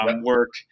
work